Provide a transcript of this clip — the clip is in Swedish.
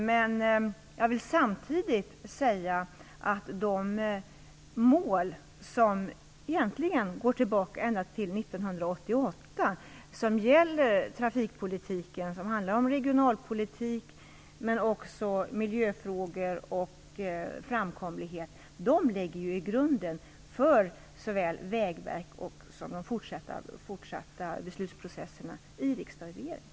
Men jag vill samtidigt säga att de mål som gäller trafikpolitiken och handlar om regionalpolitik men också om miljöfrågor och framkomlighet, som egentligen går tillbaka ända till år 1988, ligger i grunden för såväl Vägverkets beredning som de fortsatta beslutsprocesserna i riksdag och regering.